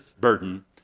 burden